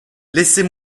laissez